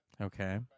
Okay